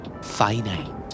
Finite